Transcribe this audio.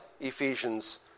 Ephesians